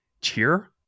cheer